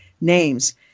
names